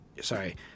sorry